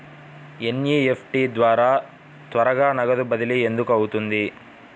NEFT ద్వారా త్వరగా నగదు బదిలీ ఎందుకు అవుతుంది?